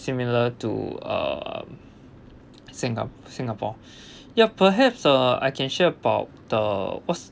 similar to uh singa~ singapore ya perhaps uh I can share about the what's